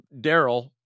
Daryl